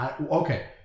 Okay